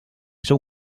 sou